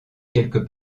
quelques